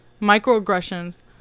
microaggressions